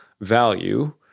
value